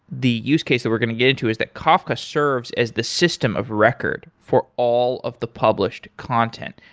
the use case that we're going to get into is that kafka serves as the system of record for all of the published content.